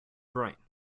brain